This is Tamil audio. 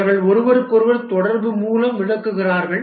அவர்கள் ஒருவருக்கொருவர் தொடர்பு மூலம் விளக்குகிறார்கள்